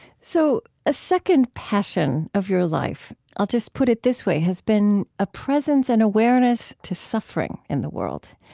so a second passion of your life i'll just put it this way has been a presence and awareness to suffering in the world.